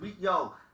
yo